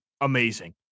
amazing